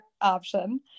option